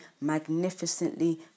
magnificently